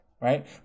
right